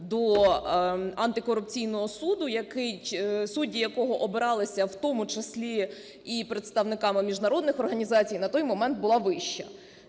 до Антикорупційного суду, судді якого обиралися в тому числі і представниками міжнародних організацій, на той момент була вища.